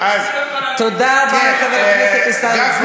תודה רבה לחבר הכנסת עיסאווי פריג'.